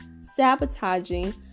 sabotaging